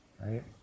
right